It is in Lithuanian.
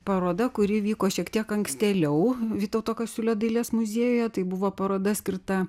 paroda kuri vyko šiek tiek ankstėliau vytauto kasiulio dailės muziejuje tai buvo paroda skirta